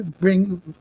bring